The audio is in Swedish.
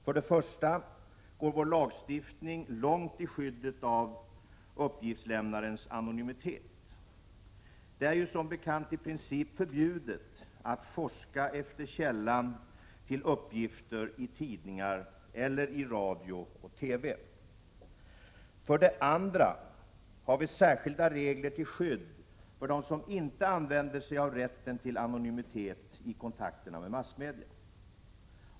För det första går vår lagstiftning långt i skyddet av uppgiftslämnarens anonymitet. Det är som bekant i princip förbjudet att forska efter källan till uppgifter i tidningar eller i radio och TV. För det andra har vi särskilda regler till skydd för dem som inte använder sig av rätten till anonymitet i kontakten med massmedia.